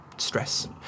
stress